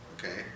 okay